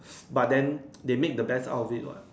but then they make best out of it what